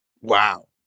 Wow